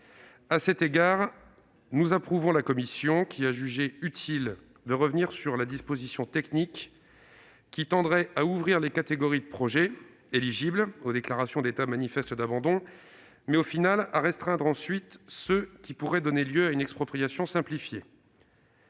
À cet égard, nous approuvons la position de la commission qui a jugé utile de revenir sur la disposition technique qui tendrait à ouvrir les catégories de projets éligibles aux déclarations d'état d'abandon manifeste, mais à restreindre ensuite ceux qui pourraient donner lieu à une expropriation simplifiée.